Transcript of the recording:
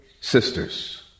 sisters